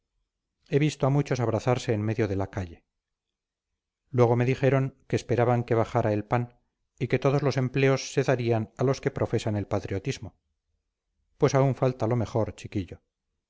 he visto a muchos abrazarse en medio de la calle luego me dijeron que esperaban que bajara el pan y que todos los empleos se darían a los que profesan el patriotismo pues aún falta lo mejor chiquillo